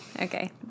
Okay